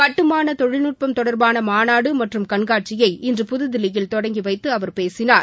கட்டுமான தொழில்நுட்பம் தொடர்பான மாநாடு மற்றம் கண்காட்சியை இன்று புதுதில்லியில் தொடங்கி வைத்து அவர் பேசினார்